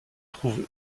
trouve